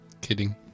kidding